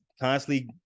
constantly